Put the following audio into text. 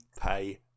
pay